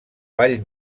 vall